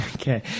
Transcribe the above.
Okay